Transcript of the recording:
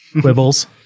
quibbles